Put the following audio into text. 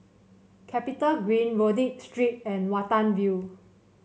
CapitaGreen Rodyk Street and Watten View